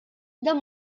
dan